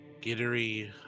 Gittery